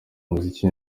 umuziki